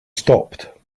stopped